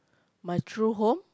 my true home